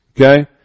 okay